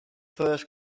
first